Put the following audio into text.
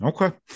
okay